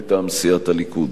מטעם סיעת הליכוד.